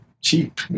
cheap